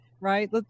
right